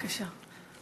בבקשה.